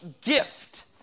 gift